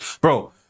Bro